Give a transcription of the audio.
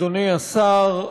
אדוני השר,